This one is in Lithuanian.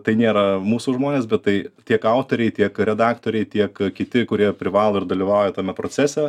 tai nėra mūsų žmonės bet tai tiek autoriai tiek redaktoriai tiek kiti kurie privalo ir dalyvauja tame procese